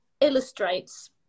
illustrates